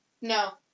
No